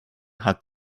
hat